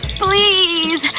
please,